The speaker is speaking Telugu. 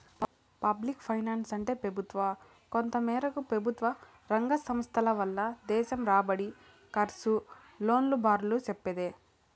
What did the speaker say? పబ్లిక్ ఫైనాన్సంటే పెబుత్వ, కొంతమేరకు పెబుత్వరంగ సంస్థల వల్ల దేశం రాబడి, కర్సు, లోన్ల బారాలు సెప్పేదే